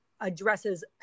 addresses